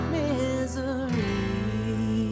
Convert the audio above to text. misery